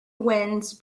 winds